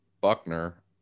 Buckner